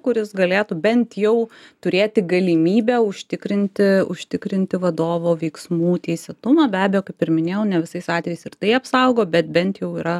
kuris galėtų bent jau turėti galimybę užtikrinti užtikrinti vadovo veiksmų teisėtumą be abejo kaip ir minėjau ne visais atvejais ir tai apsaugo bet bent jau yra